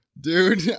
Dude